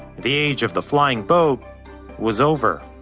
the age of the flying boat was over.